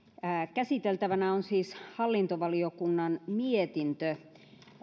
käsiteltävänä on siis hallintovaliokunnan mietintö